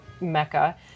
mecca